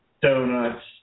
donuts